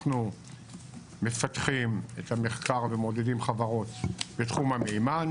אנחנו מפתחים את המחקר ומעודדים חברות בתחום המימן,